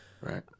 right